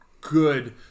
good